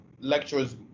lectures